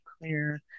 clear